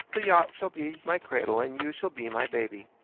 the yacht shall be my cradle and you shall be my baby.